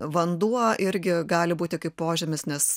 vanduo irgi gali būti kaip požymis nes